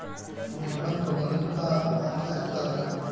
विपणन प्रबंधन का कौन सा स्तर है?